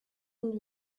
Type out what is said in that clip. und